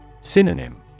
Synonym